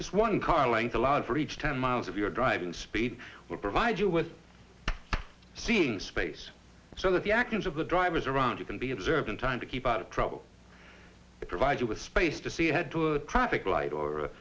this one car length allowed for each ten miles of your driving speed will provide you with seeing space so that the actions of the drivers around you can be observed in time to keep out of trouble and provide you with space to see head to a traffic light or